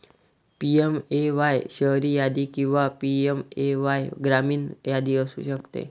PMAY शहरी यादी किंवा पी.एम.ए.वाय ग्रामीण यादी असू शकते